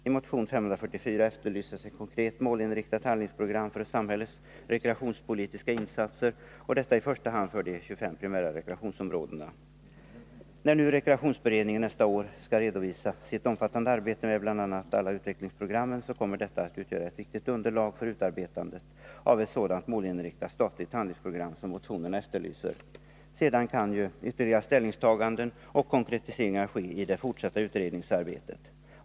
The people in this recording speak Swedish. I motion 544 efterlyses ett konkret, målinriktat handlingsprogram för samhällets rekreationspolitiska insatser, i första hand för de 25 primära rekreationsområdena. När nu rekreationsberedningen nästa år skall redovisa sitt omfattande arbete med bl.a. alla utvecklingsprogrammen, kommer detta att utgöra ett viktigt underlag för utarbetandet av ett sådant målinriktat statligt handlingsprogram som motionärerna efterlyser. Sedan kan ytterligare ställningstaganden och konkretiseringar ske i det fortsatta utredningsarbetet.